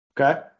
okay